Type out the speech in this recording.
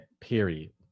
Period